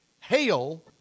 hail